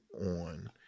on